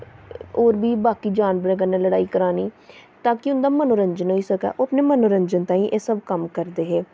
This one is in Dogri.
जां होर बी बाकी जानवरें कन्नै लड़ाई लोआनी तां कि उं'दा मनोरंजन होई सकन ओह् अपने मनोरंजन ताईं एह् कम्म करदे हे